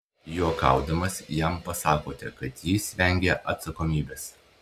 juokaudamas jam pasakote kad jis vengia atsakomybės